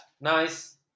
Nice